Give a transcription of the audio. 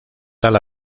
tal